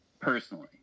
personally